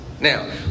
Now